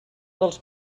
dels